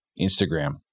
Instagram